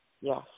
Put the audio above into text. Yes